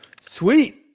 Sweet